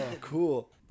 Cool